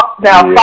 now